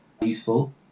useful